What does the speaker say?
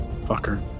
Fucker